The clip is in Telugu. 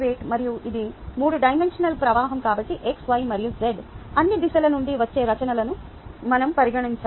మరియు ఇది 3 డైమెన్షనల్ ప్రవాహం కాబట్టి x y మరియు z అన్ని దిశల నుండి వచ్చే రచనలను మనం పరిగణించాలి